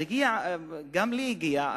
גם אלי הגיע.